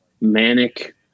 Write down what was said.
manic –